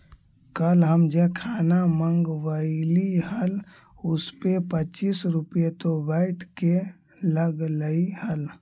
कल हम जे खाना मँगवइली हल उसपे पच्चीस रुपए तो वैट के लगलइ हल